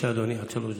אדוני, עד שלוש דקות.